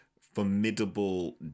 formidable